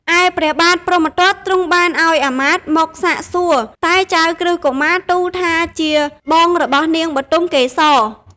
ឯព្រះបាទព្រហ្មទត្តទ្រង់បានឱ្យអាមាត្យមកសាកសួរ តែចៅក្រឹស្នកុមារទូលថាជាបងរបស់នាងបុទមកេសរ។